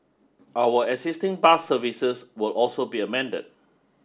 our existing bus services will also be amended